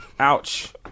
ouch